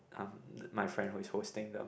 um my friend who is hosting the